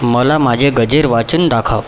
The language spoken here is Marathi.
मला माझे गजर वाचून दाखव